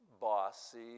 bossy